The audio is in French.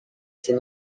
ses